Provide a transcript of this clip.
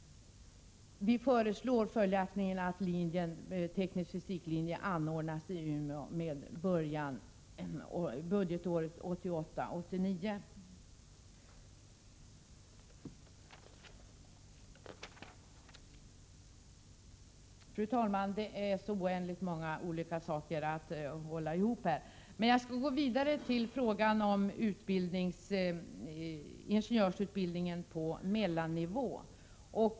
Vi föreslår följaktligen att linjen för teknisk fysik anordnas i Umeå med början budgetåret 1988/89. Fru talman! Det är så oändligt många olika saker att hålla ihop i detta ärende, men jag skall gå vidare till frågan om ingenjörsutbildningen på mellannivå.